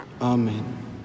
Amen